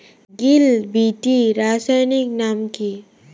Hill বিটি রাসায়নিক নাম কি?